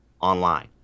online